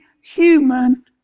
human